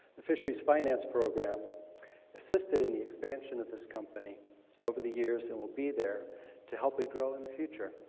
the fishery's finance program assisted in the expansion of the company over the years and will be there to help it grow in the future.